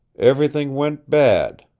everything went bad,